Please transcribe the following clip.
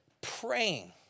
praying